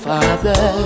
Father